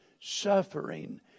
suffering